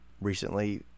recently